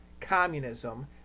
communism